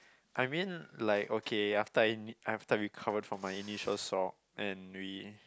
I mean like okay after I n~ after I recover from my initial sore and we